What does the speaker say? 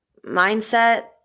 mindset